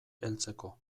heltzeko